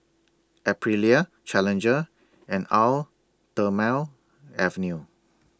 Aprilia Challenger and Eau Thermale Avene